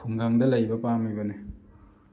ꯈꯨꯡꯒꯪꯗ ꯂꯩꯕ ꯄꯥꯝꯃꯤꯕꯅꯤ